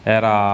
era